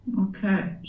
okay